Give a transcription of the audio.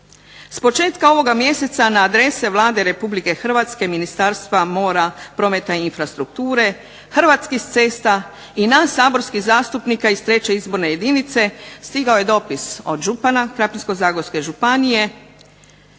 S početka ovoga mjeseca na adrese Vlade Republike Hrvatske, Ministarstva mora, prometa i infrastrukture, Hrvatskih cesta i nas saborskih zastupnika iz 3. izborne jedinice stigao je dopis od župana zagorsko-krapinske županije